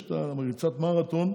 יש את ריצת המרתון,